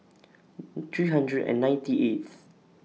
three hundred and ninety eighth